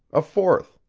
a fourth,